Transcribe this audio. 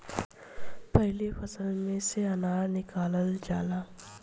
पाहिले फसल में से अनाज निकालल जाला